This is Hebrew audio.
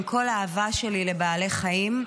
עם כל האהבה שלי לבעלי חיים,